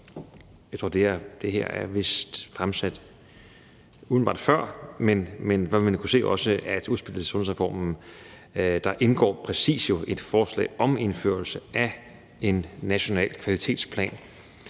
jeg tror, at det her vist er fremsat umiddelbart før – vil man også kunne se, at i udspillet til sundhedsreformen indgår jo præcis et forslag om indførelse af en national kvalitetsplan.